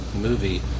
movie